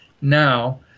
Now